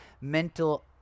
mental